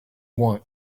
want